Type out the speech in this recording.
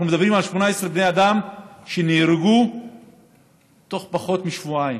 אנחנו מדברים על 18 בני אדם שנהרגו תוך פחות משבועיים.